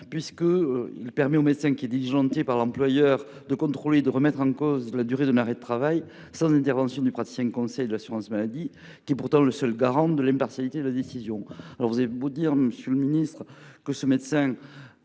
vise à permettre au médecin diligenté par l’employeur de contrôler et de remettre en cause la durée d’un arrêt de travail sans intervention du praticien conseil de l’assurance maladie, qui est pourtant le seul garant de l’impartialité de la décision. Monsieur le ministre, même si ce médecin